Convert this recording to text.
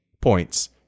points